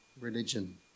religion